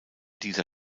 dieser